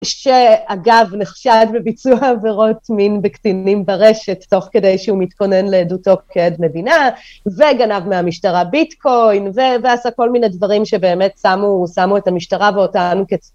שאגב, נחשד בביצוע עבירות מין בקטינים ברשת, תוך כדי שהוא מתכונן לעדותו כעד מדינה, וגנב מהמשטרה ביטקוין, ועשה כל מיני דברים שבאמת שמו, שמו את המשטרה ואותנו.